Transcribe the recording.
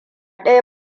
ɗaya